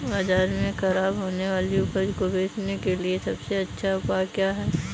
बाजार में खराब होने वाली उपज को बेचने के लिए सबसे अच्छा उपाय क्या है?